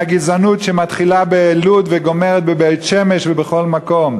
הגזענות שמתחילה בלוד וגומרת בבית-שמש ובכל מקום?